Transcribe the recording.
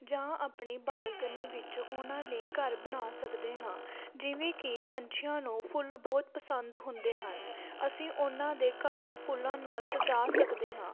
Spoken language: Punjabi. ਜਾਂ ਆਪਣੀ ਬਾਲਕਨੀ ਵਿੱਚ ਉਹਨਾਂ ਲਈ ਘਰ ਬਣਾ ਸਕਦੇ ਹਾਂ ਜਿਵੇਂ ਕਿ ਪੰਛੀਆਂ ਨੂੰ ਫੁੱਲ ਬਹੁਤ ਪਸੰਦ ਹੁੰਦੇ ਹਨ ਅਸੀਂ ਉਹਨਾਂ ਦੇ ਘਰ ਨੂੰ ਫੁੱਲਾਂ ਨਾਲ ਸਜਾ ਸਕਦੇ ਹਾਂ